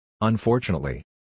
Unfortunately